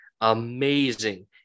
amazing